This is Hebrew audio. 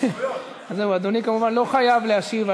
התייחסות